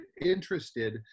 interested